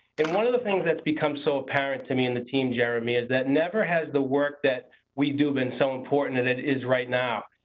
and one of the things that's become so apparent to me and the team jeremy is never has the work that we do, been so important than it is right now.